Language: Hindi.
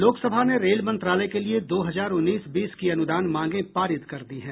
लोकसभा ने रेल मंत्रालय के लिए दो हजार उन्नीस बीस की अनुदान मांगे पारित कर दी हैं